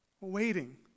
Waiting